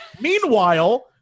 Meanwhile